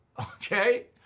Okay